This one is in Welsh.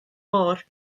môr